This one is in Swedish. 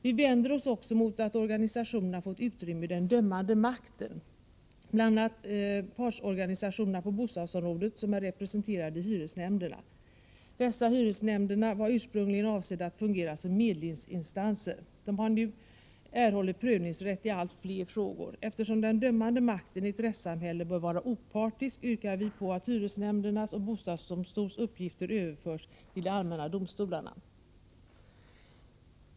Vi vänder oss också mot att organisationerna fått utrymme i den dömande makten. Det gäller bl.a. partsorganisationerna på bostadsområdet, som är representerade i hyresnämnderna. Dessa hyresnämnder var ursprungligen avsedda att fungera som medlingsinstanser. De har nu erhållit prövningsrätt i allt fler frågor. Eftersom den dömande makten i ett rättssamhälle bör vara opartisk, yrkar vi att hyresnämndernas och bostadsdomstolarnas uppgifter överförs till de allmänna domstolarna.